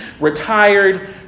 retired